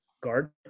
guard